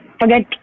forget